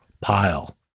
pile